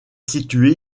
situé